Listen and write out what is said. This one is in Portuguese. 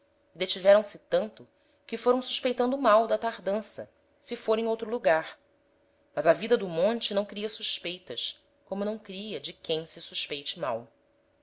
e detiveram-se tanto que foram suspeitando mal da tardança se fôra em outro lugar mas a vida do monte não cria suspeitas como não cria de quem se suspeite mal